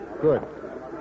Good